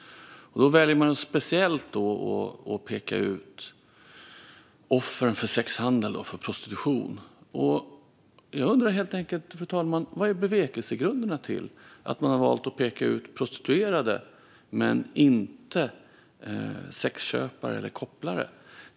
Då väljer man att särskilt peka ut offren för sexhandel och prostitution. Jag undrar helt enkelt, fru talman: Vad är bevekelsegrunderna till att man har valt att peka ut prostituerade men inte sexköpare eller kopplare?